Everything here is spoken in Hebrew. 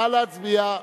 נא להצביע.